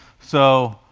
so